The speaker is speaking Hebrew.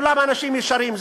כולם אנשים ישרים,